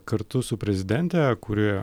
kartu su prezidente kuri